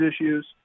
issues